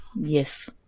Yes